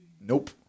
Nope